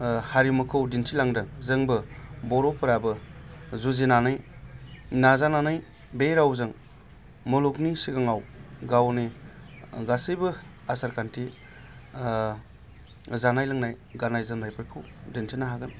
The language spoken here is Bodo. हारिमुखौ दिन्थिलांदों जोंबो बर'फोराबो जुजिनानै नाजानानै बे रावजों मुलुगनि सिगाङाव गावनि गासैबो आसारखान्थि जानाय लोंनाय गाननाय जोमनायफोरखौ दिन्थिनो हागोन